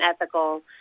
ethical